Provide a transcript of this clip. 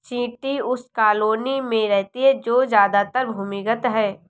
चींटी उस कॉलोनी में रहती है जो ज्यादातर भूमिगत है